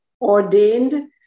ordained